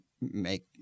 make